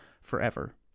forever